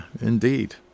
indeed